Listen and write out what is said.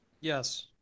Yes